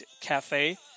Cafe